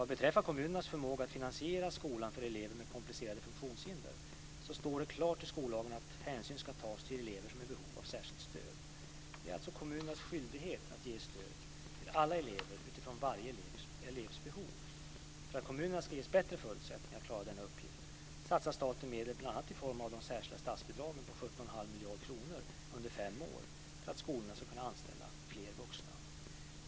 Vad beträffar kommunernas förmåga att finansiera skolgång för elever med komplicerade funktionshinder står det klart i skollagen att hänsyn ska tas till elever som är i behov av särskilt stöd. Det är alltså kommunernas skyldighet att ge stöd till alla elever utifrån varje elevs behov. För att kommunerna ska ges bättre förutsättningar att klara denna uppgift satsar staten medel bl.a. i form av de särskilda statsbidragen på 17,5 miljarder kronor under fem år för att skolorna ska kunna anställa fler vuxna.